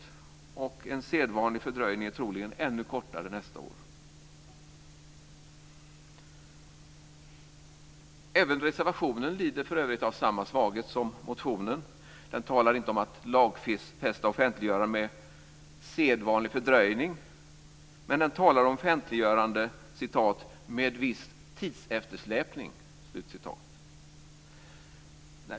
En sedvanlig fördröjning är troligen ännu kortare nästa år. Även reservationen lider för övrigt av samma svaghet som motionen. Den talar inte om att lagfästa offentliggörandet med sedvanlig fördröjning, men den talar om offentliggörande "med viss tidseftersläpning".